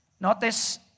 Notice